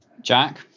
Jack